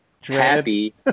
happy